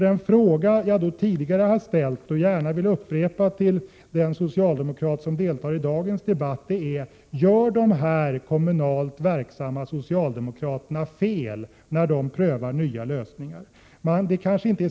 Den fråga som jag tidigare har ställt och som jag vill upprepa till den socialdemokrat som deltar i dagens debatt är: Gör dessa kommunalt verksamma socialdemokrater fel när de prövar nya lösningar?